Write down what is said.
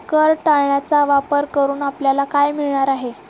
कर टाळण्याचा वापर करून आपल्याला काय मिळणार आहे?